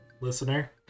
listener